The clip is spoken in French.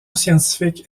scientifique